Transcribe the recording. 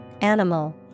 animal